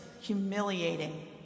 humiliating